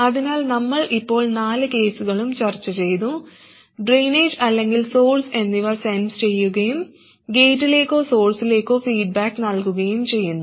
അതിനാൽ നമ്മൾ ഇപ്പോൾ നാല് കേസുകളും ചർച്ചചെയ്തു ഡ്രെയിനേജ് അല്ലെങ്കിൽ സോഴ്സ് എന്നിവ സെൻസ് ചെയ്യുകയും ഗേറ്റിലേക്കോ സോഴ്സിലേക്കോ ഫീഡ്ബാക്ക് നൽകുകയും ചെയ്യുന്നു